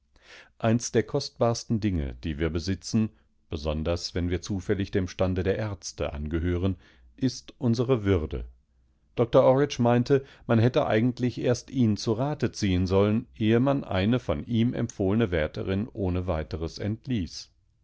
eins der kostbarsten dinge die wir besitzen besonders wenn wir zufällig dem stande der ärzte angehören ist unsere würde doktor orridge meinte man hätte eigentlich erst ihn zu rate ziehen sollen ehe man eine von ihm empfohlene wärterin ohneweiteresentließ